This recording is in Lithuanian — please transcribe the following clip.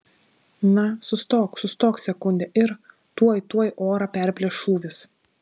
na sustok sustok sekundę ir tuoj tuoj orą perplėš šūvis